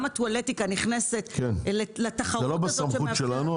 טואלטיקה נכנסת לתחרות הזאת --- זה לא בסמכות שלנו,